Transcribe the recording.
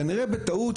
כנראה בטעות,